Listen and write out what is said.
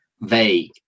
vague